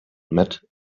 met